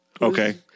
Okay